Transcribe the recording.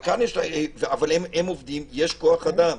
אבל יש כוח אדם.